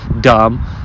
dumb